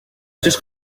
just